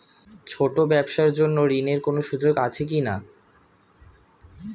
ছোট ব্যবসার জন্য ঋণ এর কোন সুযোগ আছে কি না?